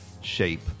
shape